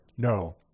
no